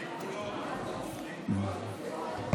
עם גבולות, עם גבולות.